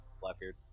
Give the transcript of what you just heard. Blackbeard